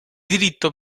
diritto